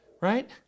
right